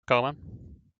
komen